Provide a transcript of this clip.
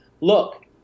look